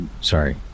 Sorry